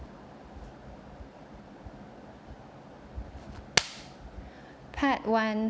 part one